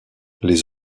les